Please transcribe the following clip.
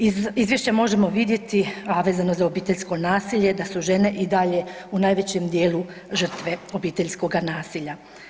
Iz izvješća možemo vidjeti, a vezano za obiteljsko nasilje da su žene i dalje u najvećem dijelu žrtve obiteljskoga nasilja.